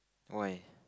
why